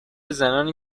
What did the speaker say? زنانی